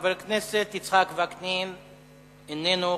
תודה רבה.